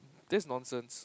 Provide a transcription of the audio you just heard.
that's nonsense